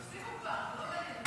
תפסיקו כבר.